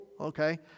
Okay